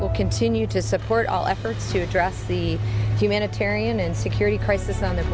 will continue to support all efforts to address the humanitarian and security crisis on the